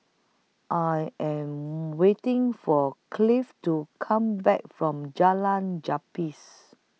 I Am waiting For Clive to Come Back from Jalan Gapis